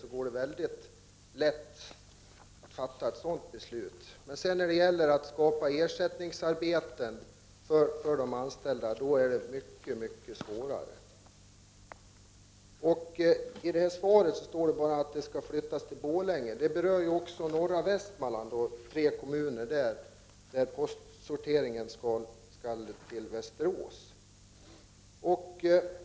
Det går mycket lätt att fatta ett sådant beslut, men när det sedan gäller att skapa ersättningsarbeten för de anställda är det mycket svårare. I det skrivna svaret står att postsorteringen skall flyttas till Borlänge. Detta berör också norra Västmanland och tre där belägna kommuner, eftersom postsorteringen för dessa områden skall till Västerås.